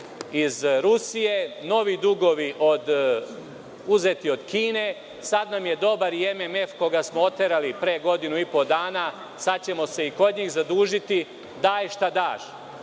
iz Rusije, novi dugovi uzeti od Kine. Sad nam je dobar i MMF, koji smo oterali pre godinu i pô dana. Sad ćemo se i kod njih zadužiti. Daj šta daš